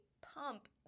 pump